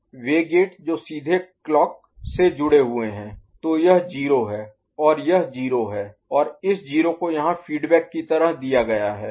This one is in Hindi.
वे गेट जो सीधे क्लॉक से जुड़े हुए हैं तो यह 0 है और यह 0 है और इस 0 को यहां फीडबैक की तरह दिया गया है